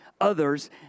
others